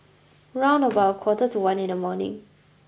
round about a quarter to one in the morning